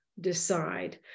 decide